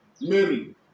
Mary